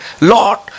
Lord